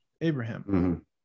Abraham